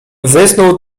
wysnuł